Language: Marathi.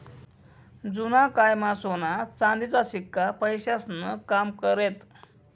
जुना कायमा सोना चांदीचा शिक्का पैसास्नं काम करेत